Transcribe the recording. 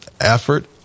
effort